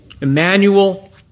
Emmanuel